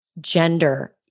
gender